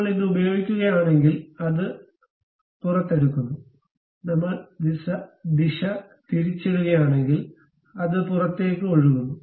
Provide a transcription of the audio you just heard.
നമ്മൾ ഇത് ഉപയോഗിക്കുകയാണെങ്കിൽ അത് പുറത്തെടുക്കുന്നു നമ്മൾ ദിശ തിരിച്ചിടുകയാണെങ്കിൽ അത് പുറത്തേക്ക് ഒഴുകുന്നു